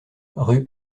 rue